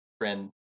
friend